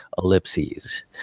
ellipses